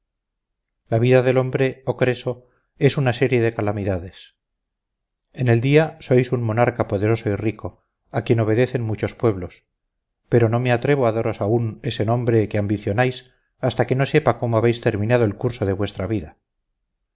la vida del hombre oh creso es una serie de calamidades en el día sois un monarca poderoso y rico a quien obedecen muchos pueblos pero no me atrevo a daros aún ese nombre que ambicionáis hasta que no sepa cómo habéis terminado el curso de vuestra vida